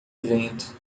vento